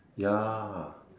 ya